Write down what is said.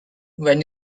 when